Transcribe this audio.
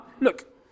look